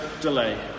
delay